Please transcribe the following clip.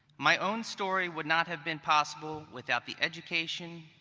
my own story would not have been possible without the education,